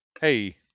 hey